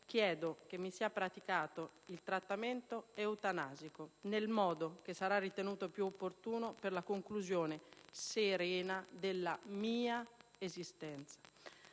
chiedo che mi sia praticato il trattamento eutanasico, nel modo che sarà ritenuto più opportuno per la conclusione serena della mia esistenza.